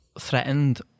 threatened